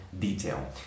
detail